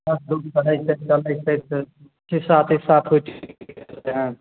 चलै छै सीसा तीसा फुटि गेलै हन